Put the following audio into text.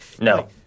No